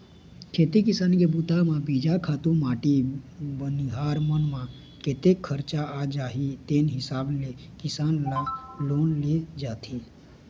खेती किसानी के बूता म बीजा, खातू माटी बनिहार मन म कतेक खरचा आ जाही तेन हिसाब ले किसान ल लोन दे जाथे